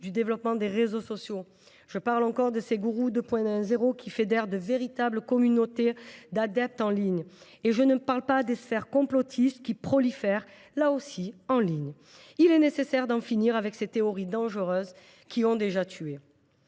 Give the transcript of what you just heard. au développement des réseaux sociaux. Les gourous 2.0 fédèrent de véritables communautés d’adeptes en ligne – et je ne parle pas des sphères complotistes qui, elles aussi, prolifèrent en ligne. Il est nécessaire d’en finir avec ces théories dangereuses qui ont déjà tué.